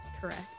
Correct